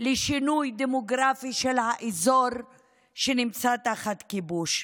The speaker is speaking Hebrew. לשינוי דמוגרפי של האזור שנמצא תחת כיבוש.